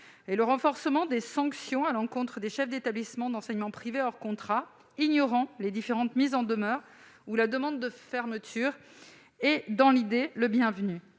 et le renforcement des sanctions à l'encontre des chefs d'établissement d'enseignement privé hors contrat ignorant les différentes mises en demeure ou la demande de fermeture est, dans l'idée, bienvenu.